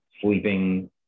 sleeping